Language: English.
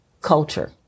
culture